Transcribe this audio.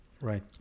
right